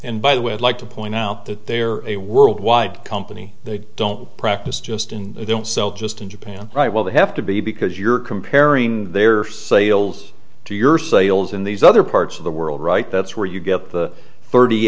and by the way i'd like to point out that there is a worldwide company they don't practice just in they don't sell just in japan right well they have to be because you're comparing their sales to your sales in these other parts of the world right that's where you get the thirty